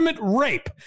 rape